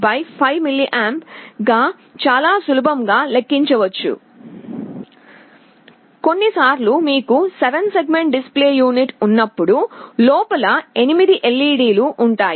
2V 5mA గా చాలా సులభంగా లెక్కించవచ్చు కొన్నిసార్లు మీకు 7 సెగ్మెంట్ డిస్ప్లే యూనిట్ ఉన్నప్పుడు లోపల 8 LED లు ఉంటాయి